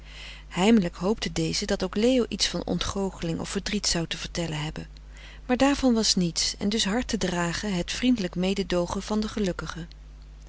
heimelijk hoopte deze dat ook leo iets van ontgoocheling of verdriet zou te vertellen hebben maar daarvan was niets en dus hard te dragen het vriendelijk mededoogen van de gelukkige